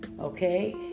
Okay